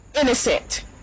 Innocent